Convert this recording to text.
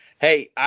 hey